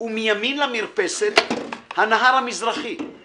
ומימין למרפסת/ הנהר המזרחי/